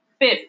Fifth